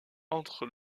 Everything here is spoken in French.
entre